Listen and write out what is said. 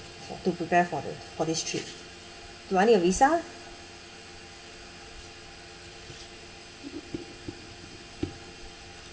to prepare for the for this trip do I need a visa